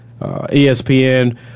ESPN